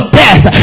death